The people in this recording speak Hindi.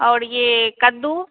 और ये कद्दू